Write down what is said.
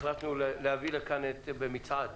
החלטנו להביא לכאן במצעד